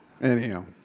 Anyhow